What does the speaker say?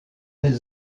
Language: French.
des